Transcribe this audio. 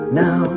now